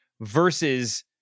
versus